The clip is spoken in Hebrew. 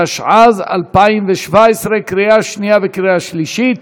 התשע"ז 2017, קריאה שנייה וקריאה שלישית.